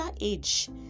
age